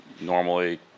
normally